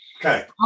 okay